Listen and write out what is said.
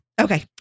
Okay